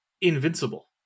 Invincible